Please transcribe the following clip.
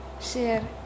Share